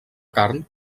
carn